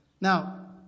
Now